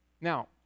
Now